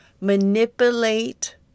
manipulate